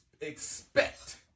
expect